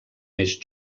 més